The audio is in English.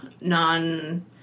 non